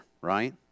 right